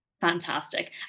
fantastic